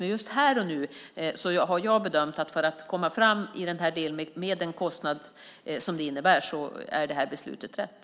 Men just här och nu har jag bedömt att för att komma fram i den här delen med den kostnad som detta innebär är beslutet riktigt.